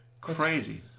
crazy